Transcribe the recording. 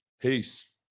peace